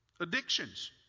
Addictions